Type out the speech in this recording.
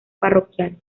parroquial